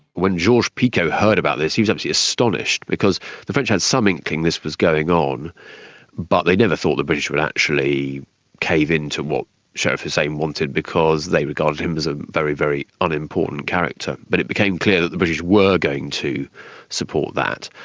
when georges-picot heard about this he was absolutely astonished because the french had some inkling this was going on but they had never thought the british would actually cave in to what sharif hussein wanted because they regarded him as a very, very unimportant character. but it became clear that the british were going to support that.